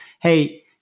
hey